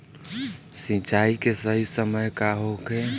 सिंचाई के सही समय का होखे?